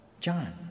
John